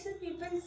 people